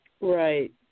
Right